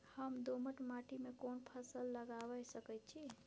हम दोमट माटी में कोन फसल लगाबै सकेत छी?